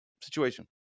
situation